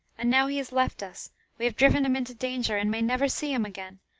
and now he has left us we have driven him into danger, and may never see him again.